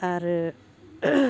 आरो